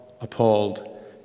appalled